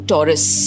Taurus